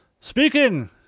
Speaking